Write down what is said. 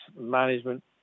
management